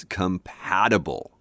compatible